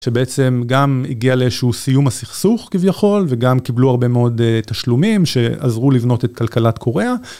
שבעצם גם הגיע לאיזשהו סיום הסכסוך כביכול וגם קיבלו הרבה מאוד תשלומים שעזרו לבנות את כלכלת קוריאה.